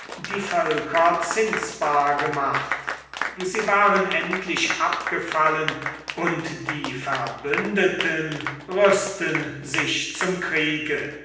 die völker zinsbar gemacht sie waren endlich abgefallen und die verbündeten rüsten sich zum kriege